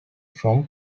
from